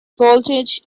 vantage